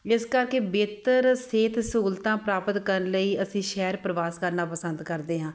ਇਸ ਕਰਕੇ ਬਿਹਤਰ ਸਿਹਤ ਸਹੂਲਤਾਂ ਪ੍ਰਾਪਤ ਕਰਨ ਲਈ ਅਸੀਂ ਸ਼ਹਿਰ ਪ੍ਰਵਾਸ ਕਰਨਾ ਪਸੰਦ ਕਰਦੇ ਹਾਂ